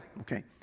okay